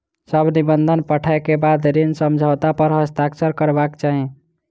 सभ निबंधन पढ़ै के बाद ऋण समझौता पर हस्ताक्षर करबाक चाही